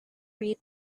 read